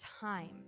time